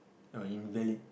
or invalid